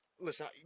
Listen